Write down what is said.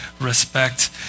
respect